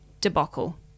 debacle